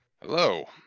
Hello